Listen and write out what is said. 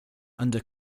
under